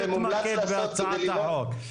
תתמקד בהצעת החוק.